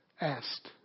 asked